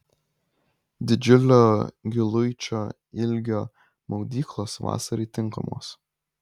didžiulio giluičio ilgio maudyklos vasarai tinkamos